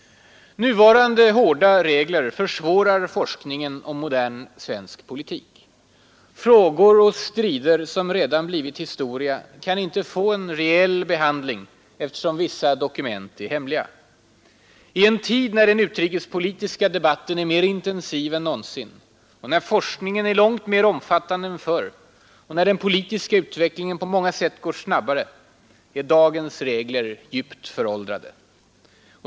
Nuvarande hårda regler försvårar forskningen om modern svensk politik. Frågor och strider som redan blivit historia kan inte få en rejäl behandling eftersom vissa dokument är hemliga. I en tid när den utrikespolitiska debatten är mer intensiv än någonsin, när forskningen är långt mer omfattande än förr och när den politiska utvecklingen på många sätt går snabbare är dagens regler djupt föråldrade.